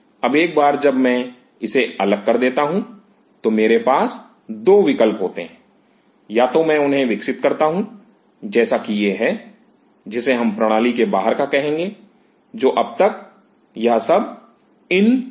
अब एक बार जब मैं इसे अलग कर देता हूं तो मेरे पास 2 विकल्प होते हैं या तो मैं उन्हें विकसित करता हूं जैसा कि यह है जिसे हम प्रणाली के बाहर का कहेंगे जो अब तक यह सब इन विवो था